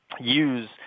use